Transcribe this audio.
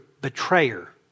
betrayer